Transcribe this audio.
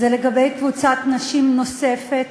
זה לגבי קבוצת נשים נוספת